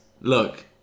Look